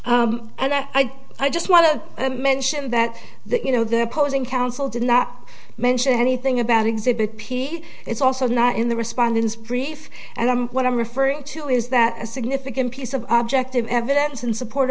finding and i i just want to mention that that you know the opposing counsel did not mention anything about exhibit p it's also not in the respondents brief and i'm what i'm referring to is that a significant piece of objective evidence in support